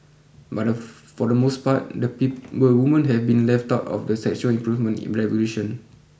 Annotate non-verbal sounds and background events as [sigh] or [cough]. but [unintelligible] for the most part the [unintelligible] the women have been left out of the sexual improvement in revolution